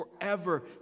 forever